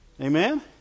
Amen